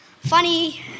funny